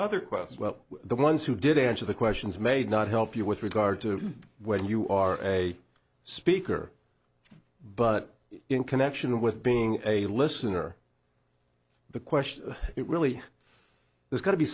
other questions well the ones who did answer the questions may not help you with regard to where you are as a speaker but in connection with being a listener the question is it really there's got to be